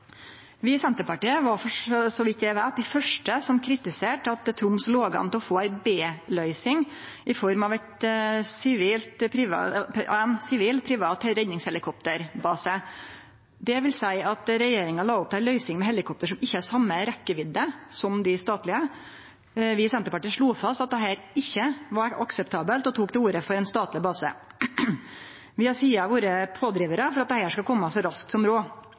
Vi i Senterpartiet var, så vidt eg veit, dei fyrste som kritiserte at Troms låg an til å få ei b-løysing, i form av ein sivil, privat redningshelikopterbase. Det vil seie at regjeringa la opp til ei løysing med helikopter som ikkje har same rekkevidde som dei statlege. Vi i Senterpartiet slo fast at dette ikkje var akseptabelt, og tok til orde for ein statleg base. Vi har sidan vore pådrivarar for at dette skal kome så raskt som